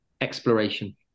exploration